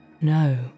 No